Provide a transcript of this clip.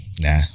Nah